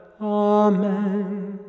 Amen